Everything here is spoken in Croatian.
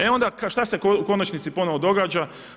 E onda šta se u konačnici ponovno događa?